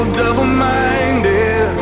double-minded